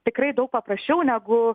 tikrai daug paprasčiau negu